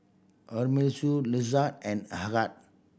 Amirul Izzat and Ahad